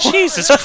Jesus